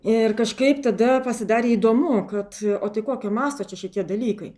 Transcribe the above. ir kažkaip tada pasidarė įdomu kad o tai kokio masto čia šitie dalykai